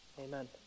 Amen